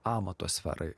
amato sferai